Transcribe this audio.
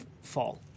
fall